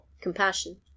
Compassion